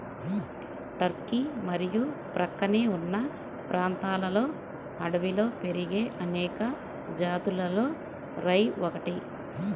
Turkey మరియు ప్రక్కనే ఉన్న ప్రాంతాలలో అడవిలో పెరిగే అనేక జాతులలో రై ఒకటి